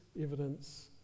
evidence